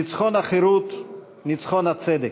ניצחון החירות, ניצחון הצדק,